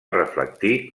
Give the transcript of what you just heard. reflectir